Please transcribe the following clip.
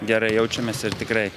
gerai jaučiamės ir tikrai